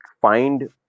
find